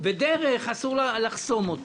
ודרך אסור לחסום.